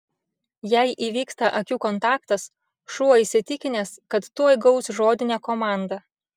jei įvyksta akių kontaktas šuo įsitikinęs kad tuoj gaus žodinę komandą